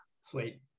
Sweet